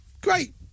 Great